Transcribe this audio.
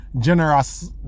generous